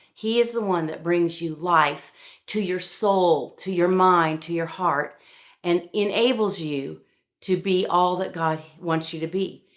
he is the one that brings you life to your soul, to your mind, to your heart and enables you to be all that god wants you to be.